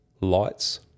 lights